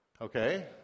Okay